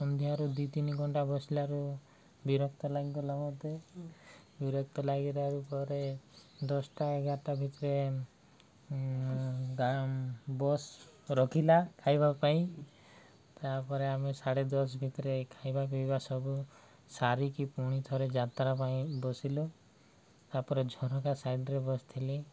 ସନ୍ଧ୍ୟାରୁ ଦୁଇ ତିନି ଘଣ୍ଟା ବସିଲାରୁ ବିରକ୍ତ ଲାଗିଗଲା ମୋତେ ବିରକ୍ତ ଲାଗିବାର ପରେ ଦଶଟା ଏଗାରଟା ଭିତରେ ବସ୍ ରଖିଲା ଖାଇବା ପାଇଁ ତାପରେ ଆମେ ସାଢ଼େ ଦଶ ଭିତରେ ଖାଇବା ପିଇବା ସବୁ ସାରିକି ପୁଣି ଥରେ ଯାତ୍ରା ପାଇଁ ବସିଲୁ ତାପରେ ଝରକା ସାଇଡ଼୍ରେେ ବସିଥିଲି